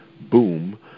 Boom